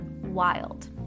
wild